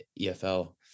EFL